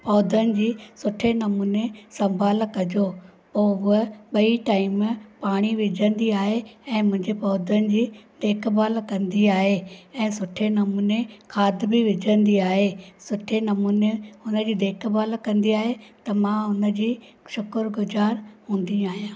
पौधनि जी सुठे नमूने संभालु कजो पोइ हुअ ॿई टाइम पाणी विझंदी आहे ऐं मुंहिंजे पौधनि जी देखभाल कंदी आहे ऐं सुठे नमूने खाद बि विझंदी आहे सुठे नमूने हुनजी देखभाल कंदी आहे त मां हुनजी शुकुरु गुज़ारु हूंदी आहियां